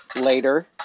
later